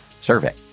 survey